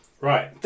Right